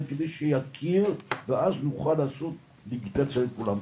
כדי שיכיר ואז נוכל לעשות דיגיטציה לכולם.